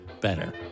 better